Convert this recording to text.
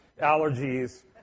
allergies